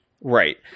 right